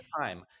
time